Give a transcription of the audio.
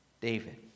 David